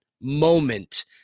moment